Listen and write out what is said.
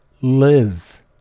Live